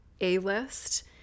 A-list